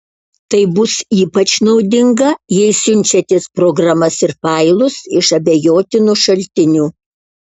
tai bus ypač naudinga jei siunčiatės programas ir failus iš abejotinų šaltinių